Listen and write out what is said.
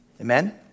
amen